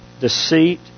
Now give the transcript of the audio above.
deceit